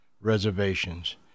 reservations